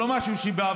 חבר